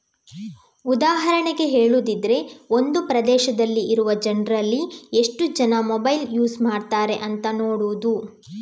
ಉದಾಹರಣೆಗೆ ಹೇಳುದಿದ್ರೆ ಒಂದು ಪ್ರದೇಶದಲ್ಲಿ ಇರುವ ಜನ್ರಲ್ಲಿ ಎಷ್ಟು ಜನ ಮೊಬೈಲ್ ಯೂಸ್ ಮಾಡ್ತಾರೆ ಅಂತ ನೋಡುದು